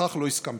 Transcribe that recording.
לכך לא הסכמתי.